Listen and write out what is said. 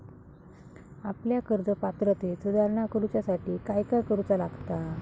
आपल्या कर्ज पात्रतेत सुधारणा करुच्यासाठी काय काय करूचा लागता?